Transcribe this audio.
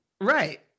right